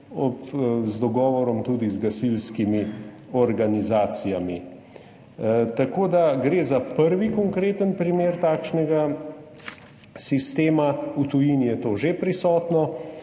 z dogovorom tudi z gasilskimi organizacijami. Gre za prvi konkreten primer takšnega sistema – v tujini je to že prisotno